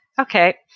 okay